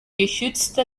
geschützte